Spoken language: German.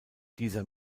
dieser